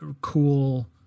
cool